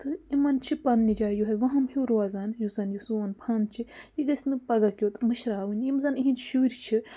تہٕ یِمَن چھِ پنٛنہِ جایہِ یِہوٚے وَہَم ہیوٗ روزان یُس زَن یہِ سون فَن چھِ یہِ گژھِ نہٕ پَگاہ کیُتھ مٔشراوٕنۍ یِم زَن یِہِنٛدۍ شُرۍ چھِ